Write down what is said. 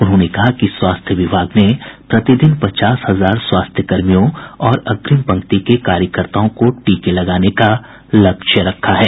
उन्होंने कहा कि स्वास्थ्य विभाग ने प्रतिदिन पचास हजार स्वास्थ्यकर्मियों और अग्रिम पंक्ति के कार्यकताओं को टीके लगाने का लक्ष्य रखा है